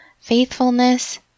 faithfulness